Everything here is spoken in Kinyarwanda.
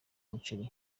umuceri